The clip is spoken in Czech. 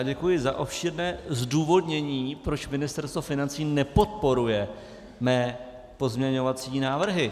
Děkuji za obšírné zdůvodnění, proč Ministerstvo financí nepodporuje mé pozměňovací návrhy.